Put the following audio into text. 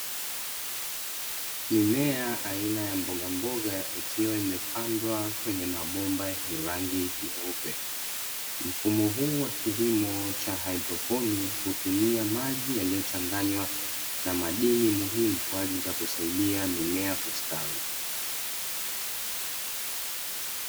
Mimea aina ya mbogamboga ikiwa imepandwa kwenye mabomba ny rangi nyeupe. Mfumo huu wa kilimo cha hydroponi hutumia maji yaliyochanganywa na madini muhimu kwa ajili ya kusaidia mimea kustawi.